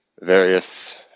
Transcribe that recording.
various